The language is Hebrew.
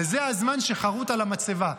וזה הזמן שחרוט על המצבה,